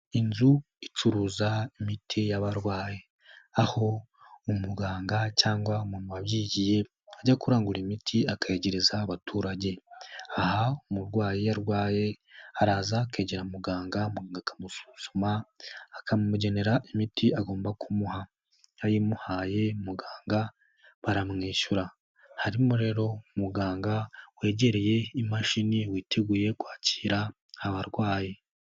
Inzu icuruza imiti y'abarwayi, aho umuganga cyangwa umuntu wabyigiye ajya kurangura imiti akayegereza abaturage. Aha umurwayi iyo arwaye araza akegera muganga akamusuzuma akamugenera imiti agomba kumuha. Iyo ayimuhaye muganga baramwishyura. Harimo rero muganga wegereye imashini witeguye kwakira abarwayi.